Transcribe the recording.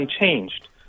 unchanged